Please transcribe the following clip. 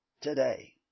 today